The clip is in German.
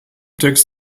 text